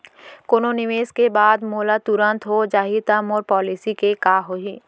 कोनो निवेश के बाद मोला तुरंत हो जाही ता मोर पॉलिसी के का होही?